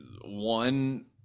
one